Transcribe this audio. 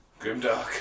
Grimdark